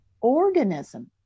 organism